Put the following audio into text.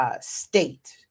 state